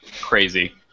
crazy